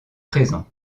présent